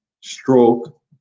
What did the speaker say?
stroke